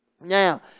Now